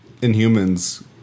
Inhumans